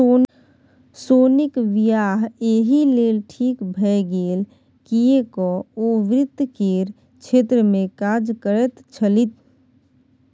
सोनीक वियाह एहि लेल ठीक भए गेल किएक ओ वित्त केर क्षेत्रमे काज करैत छलीह